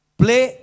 play